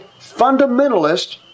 fundamentalist